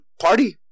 party